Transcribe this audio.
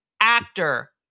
actor